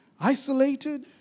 isolated